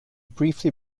briefly